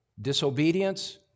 disobedience